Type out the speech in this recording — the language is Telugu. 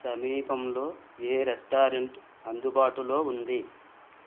సమీపంలో ఏ రెస్టారెంటు అందుబాటులో ఉంది